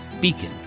beacon